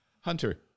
Hunter